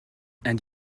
and